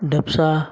Daksha